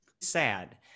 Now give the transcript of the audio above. sad